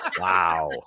wow